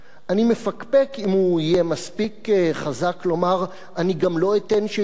אני מפקפק אם הוא יהיה מספיק חזק לומר: אני גם לא אתן שיטפלו